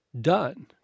done